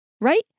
right